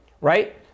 right